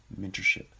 Mentorship